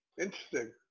interesting